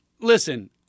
listen